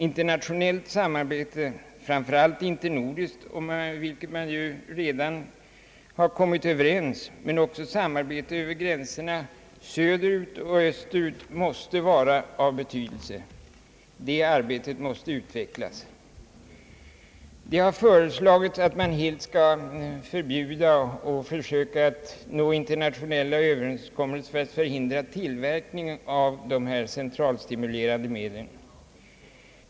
Internationellt samarbete, framför allt internordiskt, vilket man redan har kommit överens om, men också samarbete över gränserna söderut och österut måste vara av betydelse. Det samarbetet måste utvecklas. Det har föreslagits att man helt skulle förbjuda och försöka att nå internationella överenskommelser för att förhindra tillverkningen av dessa centralstimulerande medel.